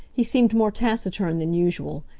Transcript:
he seemed more taciturn than usual,